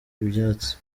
ibyatsi